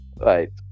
Right